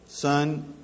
Son